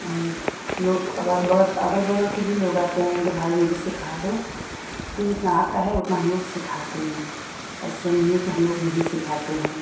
और हम लोग अगल बगल अगल बगल के भी लोग आते हैं कि भाभी मुझे भी सिखा दो तो जितना आता है उतना हम लोग सिखाते हैं ऐसा नहीं है कि हम लोग नहीं सिखाते हैं